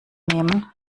nehmen